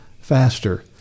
faster